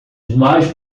mais